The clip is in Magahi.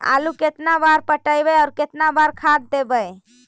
आलू केतना बार पटइबै और केतना बार खाद देबै?